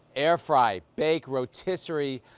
air fried. big, rotisserie.